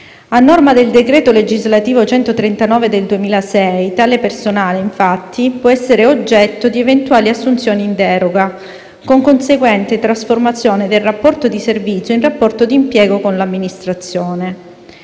A norma del decreto legislativo n. 139 del 2006 tale personale, infatti, può essere oggetto di eventuali assunzioni in deroga, con conseguente trasformazione del rapporto di servizio in rapporto di impiego con l'amministrazione.